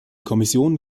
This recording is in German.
kommission